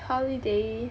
holiday